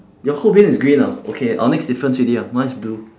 your whole bin is green ah okay our next difference already ah mine is blue